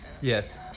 yes